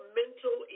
mental